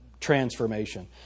transformation